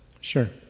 Sure